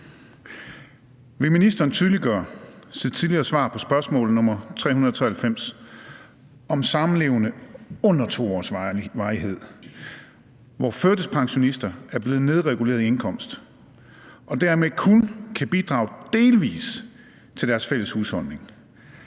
Vil ministeren tydeliggøre sit tidligere svar på spørgsmål nr. S 393 om samlevende under 2 års varighed, hvor førtidspensionister er blevet nedreguleret i indkomst og dermed kun kan bidrage delvis til deres fælles husholdning,